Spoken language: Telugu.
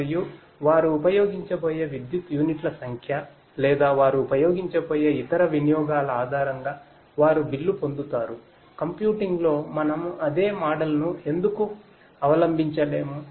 మరియు వారు ఉపయోగించబోయే విద్యుత్ యూనిట్ల సంఖ్య లేదా వారు ఉపయోగించబోయే ఇతర వినియోగల ఆధారంగా వారు బిల్లు పొందుతారు కంప్యూటింగ్లో మనం అదే మోడల్ను ఎందుకు అవలంబించలేము